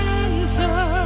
answer